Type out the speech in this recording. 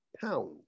pound